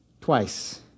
twice